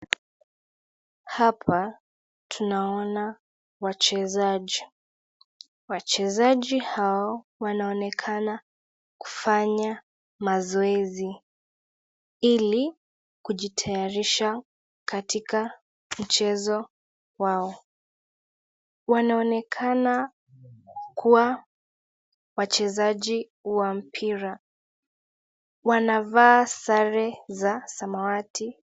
Hapa tunaona wachezaji. Wachezaji hao wanaonekana kufanya mazoezi, ili kujitayarisha katika mchezo wao. Wanaonekana kuwa wachezaji wa mpira. Wanavaa sare za samawati